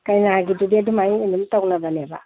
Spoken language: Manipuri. ꯀꯩꯅꯥꯒꯤꯗꯤ ꯑꯗꯨꯃꯥꯏ ꯑꯗꯨꯝ ꯇꯧꯅꯕꯅꯦꯕ